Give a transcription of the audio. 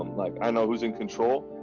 like, i know who's in control.